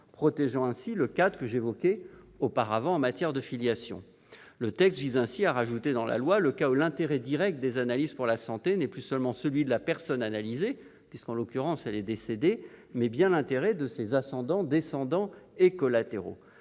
protégé le cadre que j'évoquais précédemment en matière de filiation. À cet égard, le présent texte ajoute dans la loi le cas où l'intérêt direct des analyses pour la santé n'est plus seulement celui de la personne analysée, puisqu'en l'occurrence elle est décédée, mais bien l'intérêt de ses ascendants, descendants et collatéraux.